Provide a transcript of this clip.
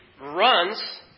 runs